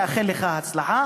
מאחל לך הצלחה,